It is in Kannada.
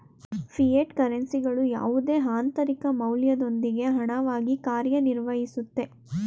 ಫಿಯೆಟ್ ಕರೆನ್ಸಿಗಳು ಯಾವುದೇ ಆಂತರಿಕ ಮೌಲ್ಯದೊಂದಿಗೆ ಹಣವಾಗಿ ಕಾರ್ಯನಿರ್ವಹಿಸುತ್ತೆ